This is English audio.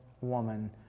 woman